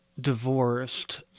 divorced